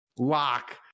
Lock